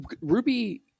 Ruby